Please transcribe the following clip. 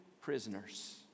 prisoners